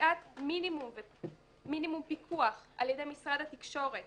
וקביעת מינימום פיקוח על ידי משרד התקשורת.